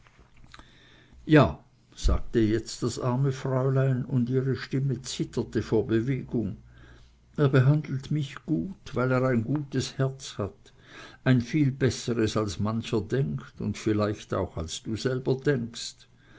ja sagte jetzt das arme fräulein und ihre stimme zitterte vor bewegung er behandelt mich gut weil er ein gutes herz hat ein viel besseres als mancher denkt und vielleicht auch als du selber denkst